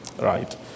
right